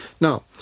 Now